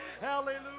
Hallelujah